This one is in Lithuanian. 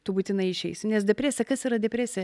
tu būtinai išeisi nes depresija kas yra depresija